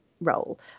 role